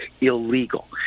illegal